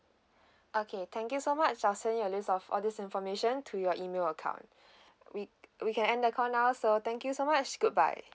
okay thank you so much I'll send you a list of all this information to your email account we we can end the call now so thank you so much goodbye